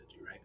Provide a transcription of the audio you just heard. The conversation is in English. right